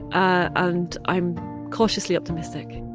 ah and i'm cautiously optimistic